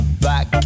back